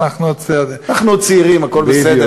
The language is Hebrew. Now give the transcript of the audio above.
בסדר, אנחנו עוד, אנחנו עוד צעירים, הכול בסדר.